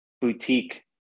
boutique